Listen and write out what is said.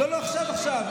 לא, לא, עכשיו, עכשיו.